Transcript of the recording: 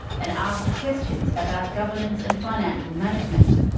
and asked questions about governance and financial management.